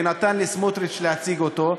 ונתן לסמוטריץ להציג אותו.